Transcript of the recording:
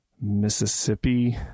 mississippi